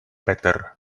better